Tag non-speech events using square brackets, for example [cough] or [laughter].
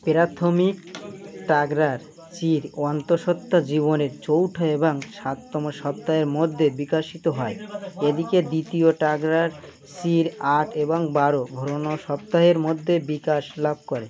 প্রাথমিক টাগরার চিড় অন্তঃসত্ত্বা জীবনের চৌঠা এবং সাততম সপ্তাহের মধ্যে বিকাশিত হয় এদিকে দ্বিতীয় টাগরার [unintelligible] আট এবং বারো ভ্রূণ সপ্তাহের মধ্যে বিকাশ লাভ করে